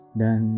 dan